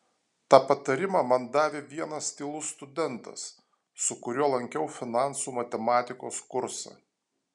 tą patarimą man davė vienas tylus studentas su kuriuo lankiau finansų matematikos kursą